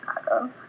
Chicago